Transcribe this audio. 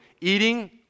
eating